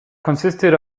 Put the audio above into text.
consisted